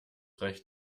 recht